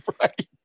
Right